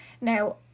Now